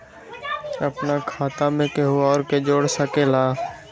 अपन खाता मे केहु आर के जोड़ सके ला?